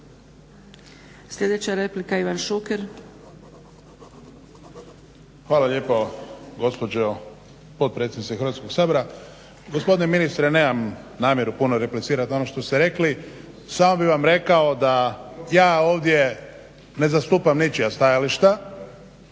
Sljedeća replika Ivan Šuker.